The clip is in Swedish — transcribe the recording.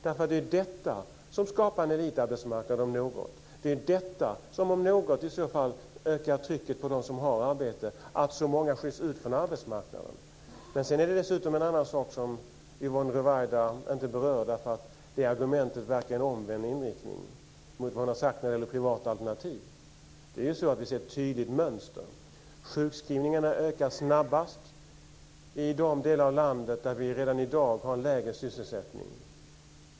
Detta om något skapar en elitarbetsmarknad och ökar trycket på dem som har arbete, så att så många skiljs ut från arbetsmarknaden. En annan sak som Yvonne Ruwaida inte berör, därför att argumentet pekar i omvänd riktning mot vad hon har sagt när det gäller privata alternativ, är att vi ser ett tydligt mönster: Sjukskrivningarna ökar snabbast i de delar av landet där vi redan i dag har en lägre sysselsättning.